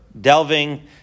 delving